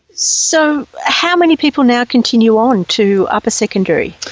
so how many people now continue on to upper secondary?